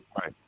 Right